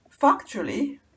Factually